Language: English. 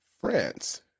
France